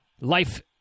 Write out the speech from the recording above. life